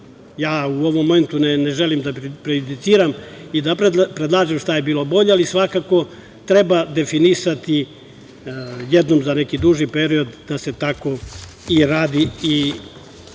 ne. U ovom momentu ne želim da prejudiciram i da predlažem šta je bilo bolje, ali svakako treba definisati jednom za neki duži period da se tako i radi i postupa